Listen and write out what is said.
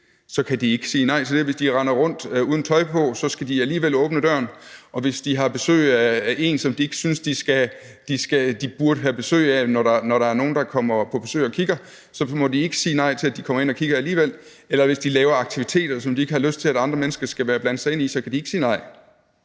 så kan de ikke sige nej til det. Hvis de render rundt uden tøj på, skal de alligevel åbne døren, eller hvis de har besøg af en, som de ikke synes de burde have besøg af, når der kommer nogle på besøg for at kigge, så må de ikke sige nej til, at de kommer ind og kigger, eller hvis de laver aktiviteter, som de ikke har lyst til, at andre mennesker skal blandes ind i, så kan de ikke sige nej.